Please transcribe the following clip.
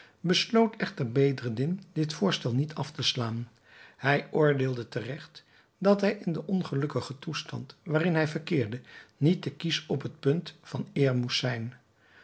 besloot echter bedreddin dit voorstel niet af te slaan hij oordeelde te regt dat hij in den ongelukkigen toestand waarin hij verkeerde niet te kiesch op het punt van eer moest zijn